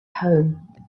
home